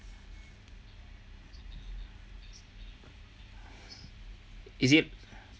is it